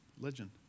Legend